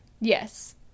Yes